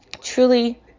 truly